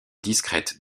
discrète